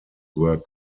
were